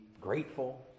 grateful